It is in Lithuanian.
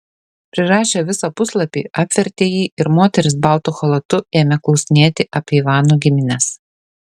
prirašę visą puslapį apvertė jį ir moteris baltu chalatu ėmė klausinėti apie ivano gimines